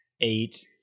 Eight